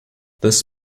this